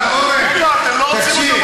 אבל, אורן, תקשיב.